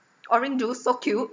orange juice so cute